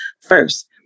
first